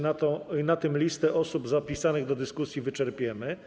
Na tym listę osób zapisanych do dyskusji wyczerpiemy.